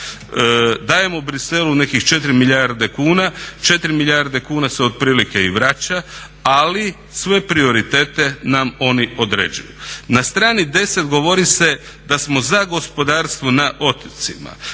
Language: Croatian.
Dajemo Briselu nekih 4 milijarde kuna, 4 milijarde kuna se otprilike i vraća ali sve prioritete nam oni određuju. Na strani 10 govori se da smo za gospodarstvo na otocima